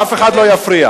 אף אחד לא יפריע.